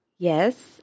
Yes